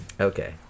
Okay